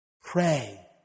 Pray